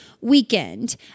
weekend